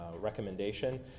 recommendation